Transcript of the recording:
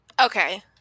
Okay